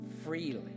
freely